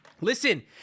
Listen